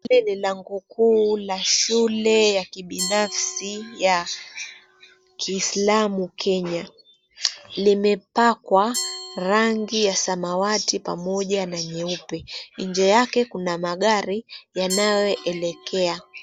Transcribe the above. Hili ni lango kuu la Shule ya Kibinafsi ya Kiislamu Kenya. Limepakwa rangi ya samawati pamoja na nyeupe. Nje yake kuna magari yanayoelekea.